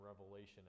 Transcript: revelation